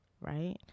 right